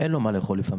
אין לו מה לאכול לפעמים.